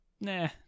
nah